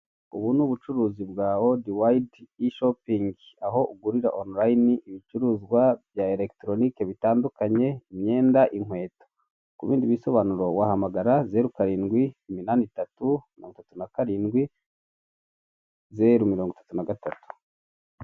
Ubu ni ubucuruzi bwa World Wide E-Shoping aho ugurira online ibicuruzwa bya electronic bitandukanye, imyenda, inkweto. Ku bindi bisobanuro wahagamagara Zero Iarindwi Itatu Mirongo Itatu na Karindwi Zero Mirongo Itatu na Gatatu.